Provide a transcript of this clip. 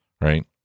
right